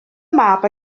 mab